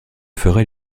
ferai